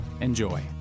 enjoy